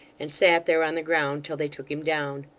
and sat there, on the ground, till they took him down.